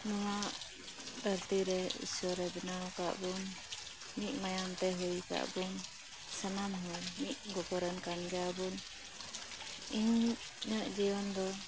ᱱᱚᱣᱟ ᱫᱷᱟᱹᱨᱛᱤ ᱨᱮ ᱤᱥᱥᱚᱨᱮ ᱵᱮᱱᱟᱣ ᱟᱠᱟᱫ ᱵᱚᱱ ᱢᱤᱫ ᱢᱟᱭᱟᱢ ᱛᱮ ᱦᱩᱭ ᱟᱠᱟᱫ ᱵᱚᱱ ᱥᱟᱱᱟᱢ ᱦᱚᱲ ᱢᱤᱫ ᱜᱚᱜᱚ ᱨᱮᱱ ᱠᱟᱱᱜᱮᱭᱟ ᱵᱚᱱ ᱤᱧᱟᱜ ᱡᱤᱭᱚᱱ ᱫᱚ